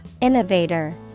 Innovator